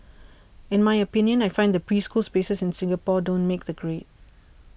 in my opinion I find that preschool spaces in Singapore don't make the grade